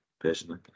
personally